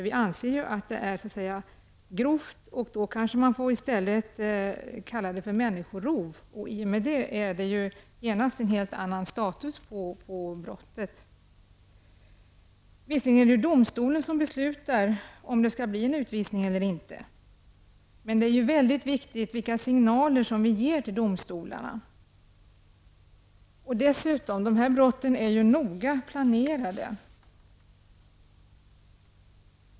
Vi anser att detta är ett grovt brott, och man kanske i stället bör kalla gärningen för ''människorov'', varmed det genast blir en helt annan ''status'' på brottet. Visserligen är det domstolen som beslutar om det skall bli en utvisning eller inte, men det är ju väldigt viktigt vilka signaler som vi ger till domstolarna. Dessutom är ju dessa brott noggrant planerade.